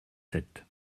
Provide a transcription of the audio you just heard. sept